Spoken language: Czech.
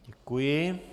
Děkuji.